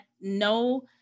no